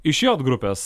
iš jot grupės